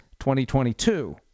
2022